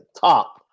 top